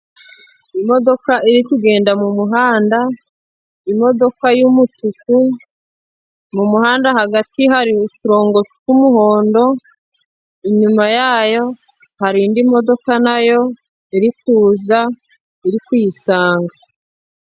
Imodoka iri kugenda mu muhanda, imodoka y'umutuku, mu muhanda hagati hari uturongo tw'umuhondo, inyuma yayo hari indi modoka nayo yari kuza iri kuyisanga.